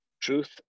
truth